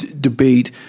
debate